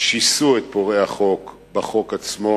שיסו את פורעי החוק בחוק עצמו.